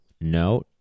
no